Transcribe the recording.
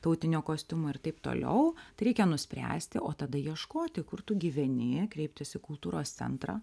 tautinio kostiumo ir taip toliau reikia nuspręsti o tada ieškoti kur tu gyveni kreiptis į kultūros centrą